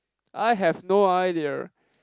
I have no idea